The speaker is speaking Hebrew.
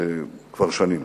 כבר שנים.